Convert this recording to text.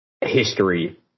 history